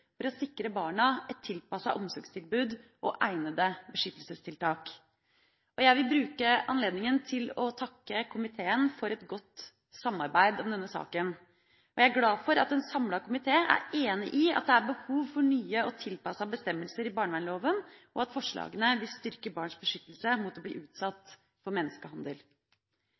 for å sikre barna et tilpasset omsorgstilbud og egnede beskyttelsestiltak. Jeg vil bruke anledningen til å takke komiteen for et godt samarbeid om denne saken. Jeg er glad for at en samlet komité er enig i at det er behov for nye og tilpassede bestemmelser i barnevernloven, og at forslagene vil styrke barns beskyttelse mot å bli utsatt for menneskehandel.